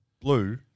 blue